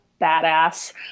badass